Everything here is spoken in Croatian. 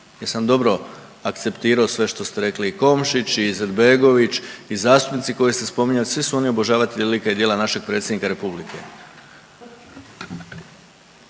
Jesam dobro akceptirao sve što ste rekli i Komšić i Izetbegović i zastupnici koje ste spominjali svi su oni obožavatelji lika i djela našeg Predsjednika Republike.